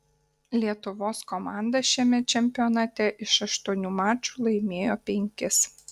lietuvos komanda šiame čempionate iš aštuonių mačų laimėjo penkis